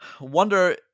Wonder